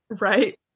Right